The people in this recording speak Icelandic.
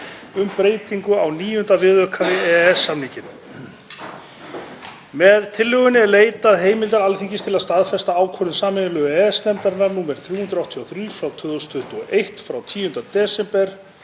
um breytingu á IX. viðauka við EES-samninginn. Með tillögunni er leitað heimildar Alþingis til að staðfesta ákvörðun sameiginlegu EES-nefndarinnar nr. 383/2021 frá 10. desember